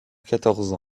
quatorze